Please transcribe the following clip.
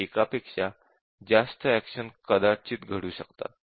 एकापेक्षा जास्त एक्शन कदाचित घडू शकतात